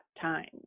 time